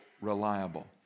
reliable